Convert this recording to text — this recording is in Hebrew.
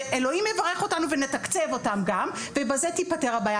ואלוקים יברך אותנו ונתקצב אותן גם ובזה תיפתר הבעיה.